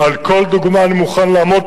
אם אתם לא תוותרו על מעמד,